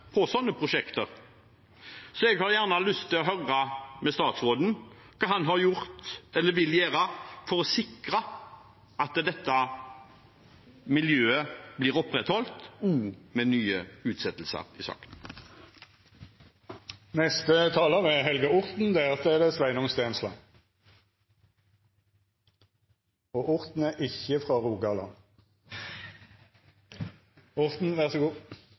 prosjekter, så jeg har lyst til å høre med statsråden hva han har gjort, eller vil gjøre, for å sikre at dette miljøet blir opprettholdt, også med nye utsettelser i saken. Neste talar er Helge Orten – og han er ikkje frå Rogaland.